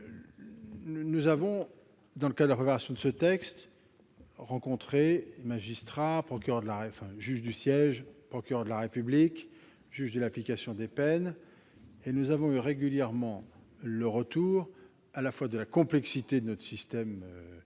Nous avons, dans le cadre de la préparation de ce texte, rencontré magistrats, juges du siège, procureurs de la République et juges de l'application des peines. Leurs propos ont régulièrement fait état à la fois de la complexité de notre système et,